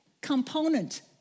component